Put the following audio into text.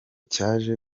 cyaje